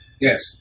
Yes